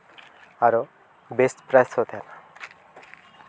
ᱟᱨᱚ best price ᱦᱚᱸ ᱛᱟᱦᱮᱱᱟ